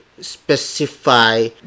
specify